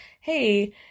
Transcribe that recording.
hey